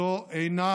זו אינה